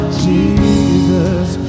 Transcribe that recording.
jesus